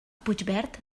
puigverd